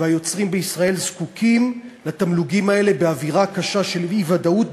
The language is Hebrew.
והיוצרים בישראל זקוקים לתמלוגים האלה באווירה הקשה של אי-ודאות,